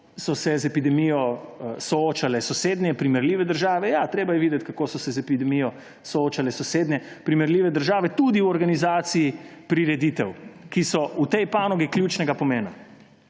kako so se z epidemijo soočale sosednje primerljive države. Ja, treba je videti, kako so se z epidemijo soočale sosednje primerljive države tudi v organizaciji prireditev, ki so v tej panogi ključnega pomena.